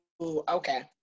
okay